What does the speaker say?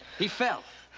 he fell.